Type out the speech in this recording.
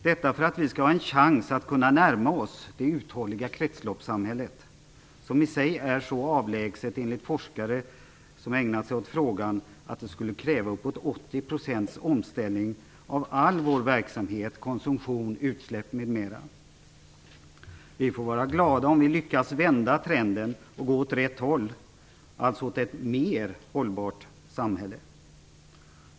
Detta för att vi skall ha en chans att närma oss det uthålliga kretsloppssamhället som, enligt forskare som ägnat sig åt frågan, i sig är så avlägset att det skulle kräva uppemot 80 % omställning av all vår verksamhet, konsumtion, utsläpp m.m. Vi får vara glada om vi lyckas vända trenden och gå åt rätt håll, alltså mot ett mer hållbart samhälle.